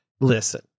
listen